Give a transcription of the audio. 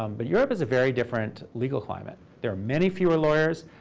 um but europe is a very different legal climate. there are many fewer lawyers.